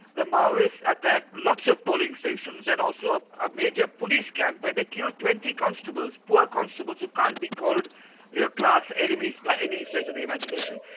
the maoists attacked lots of polling stations and also a major police camp where they killed twenty constables, poor constables who can't be called your class enemies by any state of the imagination.